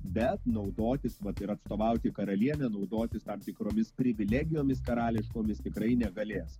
bet naudotis vat ir atstovauti karalienę naudotis tam tikromis privilegijomis karališkomis tikrai negalės